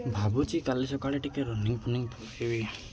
ଭାବୁଛି କାଲି ସକାଳେ ଟିକିଏ ରନିଂ ଫନିଂ ପଳେଇବି